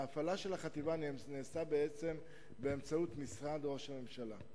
אלא ההפעלה של החטיבה נעשתה בעצם באמצעות משרד ראש הממשלה.